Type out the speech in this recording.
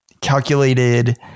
calculated